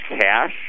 cash